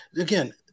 Again